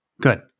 Good